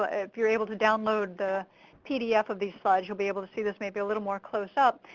ah if youre able to download the pdf of these slides youll be able to see this maybe a little more close up,